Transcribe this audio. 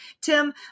Tim